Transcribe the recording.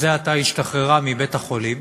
זה עתה השתחררה מבית-החולים